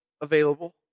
available